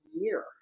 year